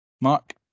Mark